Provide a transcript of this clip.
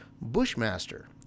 Bushmaster